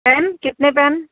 pain کتنے pain